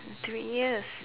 three years